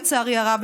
לצערי הרב,